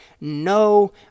no